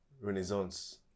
renaissance